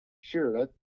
sure